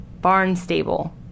Barnstable